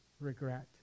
regret